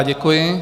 Děkuji.